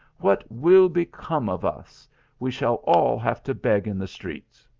what will become of us we shall all have to beg in the streets!